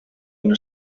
una